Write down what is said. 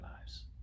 lives